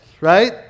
right